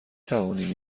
توانیم